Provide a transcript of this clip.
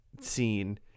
scene